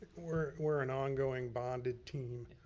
we're we're an ongoing bonded team.